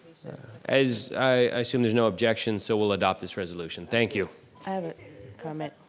as i, i assume there's no objections so we'll adopt this resolution, thank you. i have a comment.